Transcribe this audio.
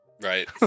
right